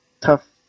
tough